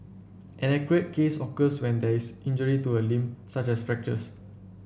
an acute case occurs when there is injury to a limb such as fractures